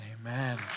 Amen